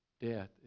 Death